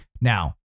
Now